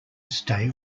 stay